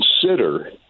consider